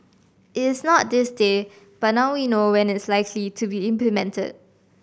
it is not this day but now we know when it's likely to be implemented